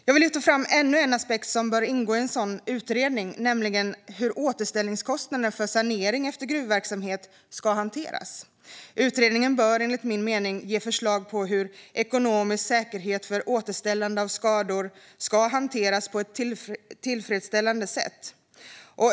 Jag vill lyfta fram ännu en aspekt som bör ingå i en sådan utredning, nämligen hur återställningskostnaderna för sanering efter gruvverksamhet ska hanteras. Utredningen bör enligt min mening ge förslag på hur ekonomisk säkerhet för återställande av skador ska hanteras på ett tillfredsställande sätt.